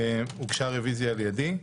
הוגשה רביזיה על-ידי.